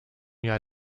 jahr